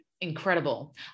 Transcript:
incredible